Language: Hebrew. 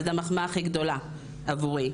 אבל זו המחמאה הכי גדולה עבורי.